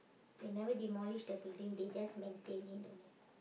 they never demolish that building they just maintain it only